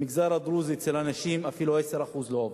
במגזר הדרוזי, אפילו 10% מהנשים לא עובדות,